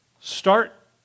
Start